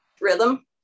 rhythm